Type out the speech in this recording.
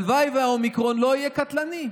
הלוואי שהאומיקרון לא יהיה קטלני.